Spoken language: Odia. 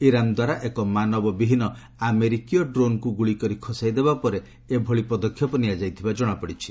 ଇରାନ ଦ୍ୱାରା ଏକ ମାନବ ବିହୀନ ଆମେରିକୀୟ ଡ୍ରୋନ୍କୁ ଗୁଳିକରି ଖସାଇଦେବା ପରେ ଏଭଳି ପଦକ୍ଷେପ ନିଆଯାଇଥିବା ଜଣାପଡ଼ିଛି